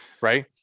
right